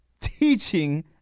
teaching